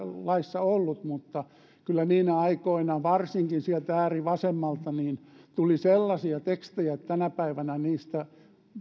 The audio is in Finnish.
laissa ollut mutta kyllä niinä aikoina varsinkin sieltä äärivasemmalta tuli sellaisia tekstejä että tänä päivänä niistä